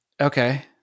Okay